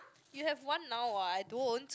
you have one now while I don't